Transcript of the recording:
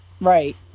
Right